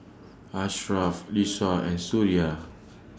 Ashraf Lisa and Suria